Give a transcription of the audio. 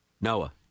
noah